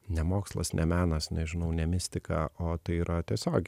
ne mokslas ne menas nežinau ne mistika o tai yra tiesiog